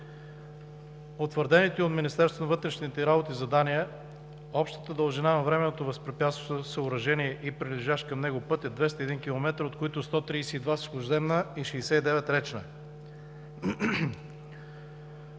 на вътрешните работи задания общата дължина на временното възпрепятстващо съоръжение и прилежащия към него път е 201 км, от които 132 сухоземна и 62 речна.